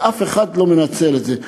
ואף אחד לא מנצל את זה.